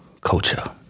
Culture